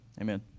Amen